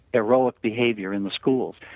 heroic behavior in the schools.